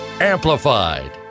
Amplified